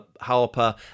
Harper